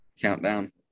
Countdown